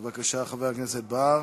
בבקשה, חבר הכנסת בר.